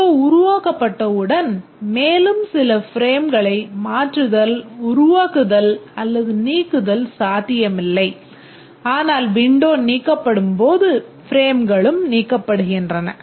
window உருவாக்கப்பட்டவுடன் மேலும் சில ப்ரேம்களை மாற்றுதல் உருவாக்குதல் அல்லது நீக்குதல் சாத்தியமில்லை ஆனால் விண்டோ நீக்கப்படும் போது பிரேம்களும் நீக்கப்படுகின்றன